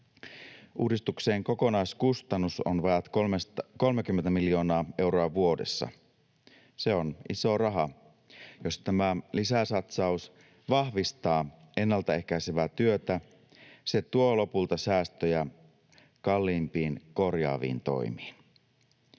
Uudistuksen kokonaiskustannus on vajaat 30 miljoonaa euroa vuodessa. Se on iso raha. Jos tämä lisäsatsaus vahvistaa ennaltaehkäisevää työtä, se tuo lopulta säästöjä kalliimpiin korjaaviin toimiin.